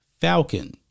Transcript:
Falcon